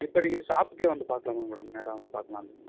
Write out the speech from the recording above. இப்போ நீங்கள் ஷாப்புக்கே வந்து பார்க்கலாமே மேடம் நேராக வந்து பார்க்கலாமே